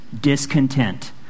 discontent